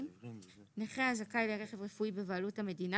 (ה)נכה הזכאי לרכב רפואי בבעלות המדינה,